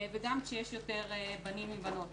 וגם יש יותר בנים מבנות,